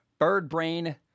Birdbrain